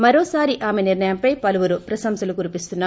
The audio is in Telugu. మరోసారి ఆమె నిర్ణయం పై పలువురు ప్రశంసలు కురిపిస్తున్నారు